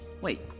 Wait